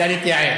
תשאל את יעל.